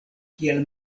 kiel